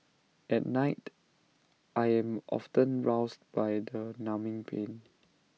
at night I am often roused by the numbing pain